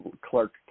Clark